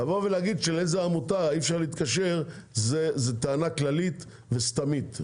לבוא ולהגיד שאי-אפשר להתקשר לעמותה מסוימת זאת טענה כללית וסתמית.